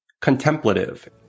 contemplative